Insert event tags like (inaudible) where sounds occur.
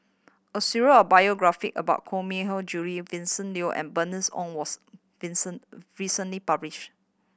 a (unintelligible) of biography about Koh Mui Hiang Julie Vincent Leow and Bernice Ong was (unintelligible) recently published